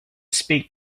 speak